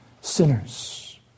sinners